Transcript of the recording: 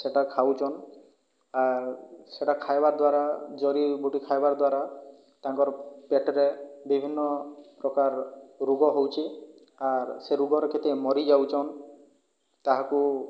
ସେଇଟା ଖାଉଛନ୍ତି ଆର୍ ସେଇଟା ଖାଇବା ଦ୍ଵାରା ଜରି ବୁଟି ଖାଇବାର ଦ୍ଵାରା ତାଙ୍କର ପେଟରେ ବିଭିନ୍ନ ପ୍ରକାର ରୋଗ ହେଉଛି ଆର୍ ସେ ରୋଗରେ କେତେ ମରି ଯାଉଛନ୍ତି ତାହାକୁ